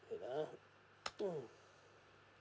wait uh mm